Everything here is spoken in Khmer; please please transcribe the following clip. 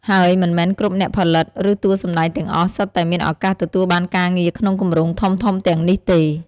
ហើយមិនមែនគ្រប់អ្នកផលិត ឬតួសម្ដែងទាំងអស់សុទ្ធតែមានឱកាសទទួលបានការងារក្នុងគម្រោងធំៗទាំងនេះទេ។